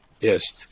Yes